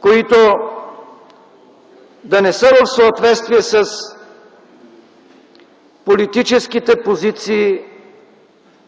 които да не са в съответствие с политическите позиции